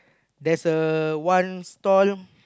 there's a one stall